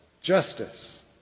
justice